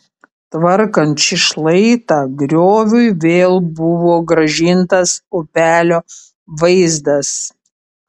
tvarkant šį šlaitą grioviui vėl buvo grąžintas upelio vaizdas